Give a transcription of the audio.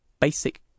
basic